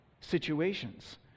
situations